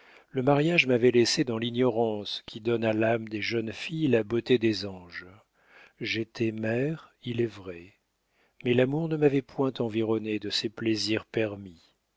le mariage m'avait laissée dans l'ignorance qui donne à l'âme des jeunes filles la beauté des anges j'étais mère il est vrai mais l'amour ne m'avait point environnée de ses plaisirs permis